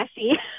messy